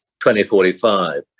2045